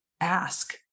ask